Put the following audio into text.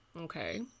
Okay